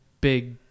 big